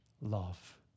love